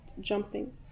jumping